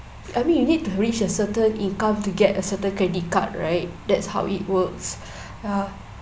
I mean you need to reach a certain income to get a certain credit card right that's how it works ya